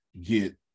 get